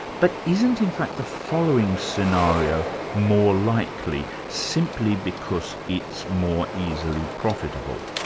but isn't in fact the following scenario more likely, simply because it's more easily profitable.